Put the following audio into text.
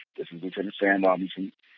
this is lieutenant sam robinson,